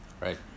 Right